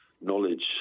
knowledge